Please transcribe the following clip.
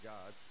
God